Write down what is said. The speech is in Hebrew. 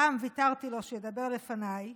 הפעם ויתרתי לו שידבר לפניי